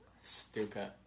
Stupid